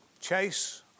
chase